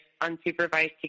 unsupervised